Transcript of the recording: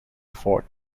fort